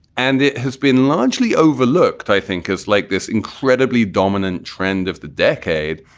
and it has been largely overlooked. i think is like this incredibly dominant trend of the decade.